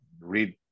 read